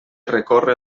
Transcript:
recorre